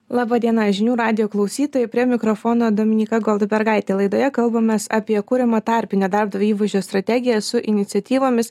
laba diena žinių radijo klausytojai prie mikrofono dominyka goldbergaitė laidoje kalbamės apie kuriamą tarpinę darbdavio įvaizdžio strategiją su iniciatyvomis